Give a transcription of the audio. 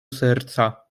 serca